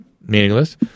meaningless